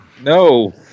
No